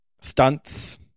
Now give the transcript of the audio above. stunts